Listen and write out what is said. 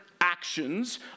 actions